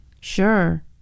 Sure